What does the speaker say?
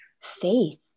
faith